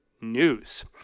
news